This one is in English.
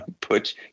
put